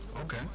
Okay